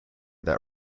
that